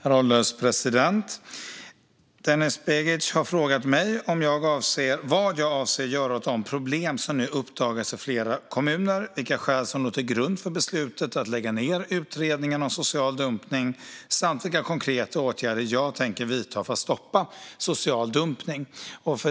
Herr ålderspresident! Denis Begic har frågat mig vad jag avser att göra åt de problem som nu uppdagats i flera kommuner, vilka skäl som låg till grund för beslutet att lägga ned utredningen om social dumpning samt vilka konkreta åtgärder jag tänker vidta för att stoppa social dumpning.